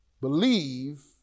Believe